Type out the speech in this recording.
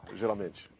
geralmente